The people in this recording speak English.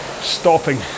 stopping